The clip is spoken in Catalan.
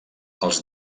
els